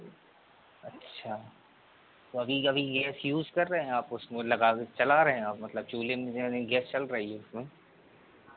अच्छा तो अभी के अभी ये फ्यूज कर रहे हैं आप उसको लगा वे चला रहे हैं मतलब चूल्हे में जेनेरली गैस चल रही है इस वक्त